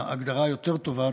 ההגדרה היותר טובה,